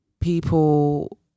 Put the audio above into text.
people